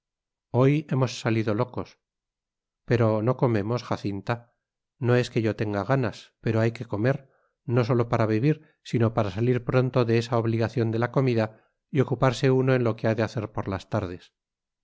hoy hemos salido locos pero no comemos jacinta no es que yo tenga ganas pero hay que comer no sólo para vivir sino para salir pronto de esa obligación de la comida y ocuparse uno en lo que ha de hacer por las tardes